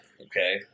Okay